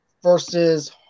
versus